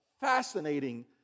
fascinating